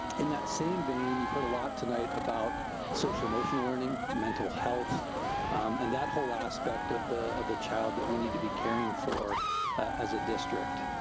in that same vein, you've heard a lot tonight about social emotional learning, mental health and that whole aspect of the of the child that we need to be caring for as a district.